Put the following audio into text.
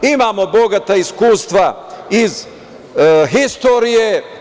Imamo bogata iskustva iz istorije.